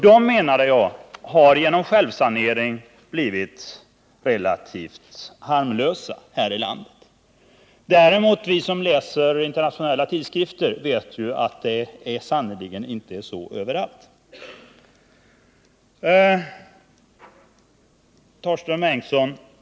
Dessa annonser har genom självsanering blivit relativt harmlösa här i landet. Vi som läser internationella tidskrifter vet däremot att det sannerligen inte är så överallt.